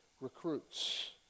recruits